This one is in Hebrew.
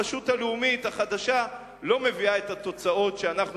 הרשות הלאומית החדשה לא מביאה את התוצאות שאנחנו